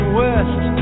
west